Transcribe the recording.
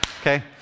Okay